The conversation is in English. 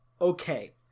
okay